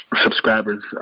subscribers